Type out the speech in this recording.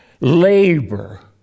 Labor